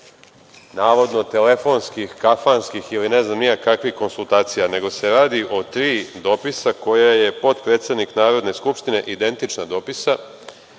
navodno telefonskih, kafanskih ili ne znam ja kakvih konsultacija, nego se radi o tri dopisa koja je potpredsednik Narodne skupštine, identičan dopisa